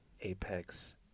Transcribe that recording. apex